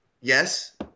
Yes